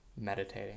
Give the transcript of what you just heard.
meditating